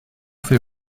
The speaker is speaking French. fait